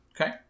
Okay